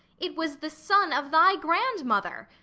it was the son of thy grandmother.